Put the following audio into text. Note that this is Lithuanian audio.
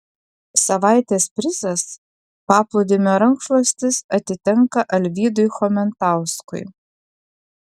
savaitės prizas paplūdimio rankšluostis atitenka alvydui chomentauskui